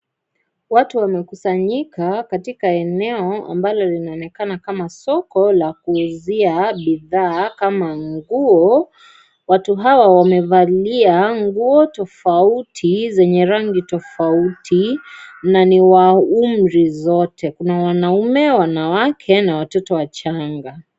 Watu wamekusanyika katika eneo ambayo inaonekana kama soko la kuuzia bidhaa kama nguo. Watu hawa wamevalia nguo tofauti zenye rangi tofauti na ni wa umri zote. Kuna wanaume, wanawake na watoto wachanga.